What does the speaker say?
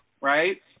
right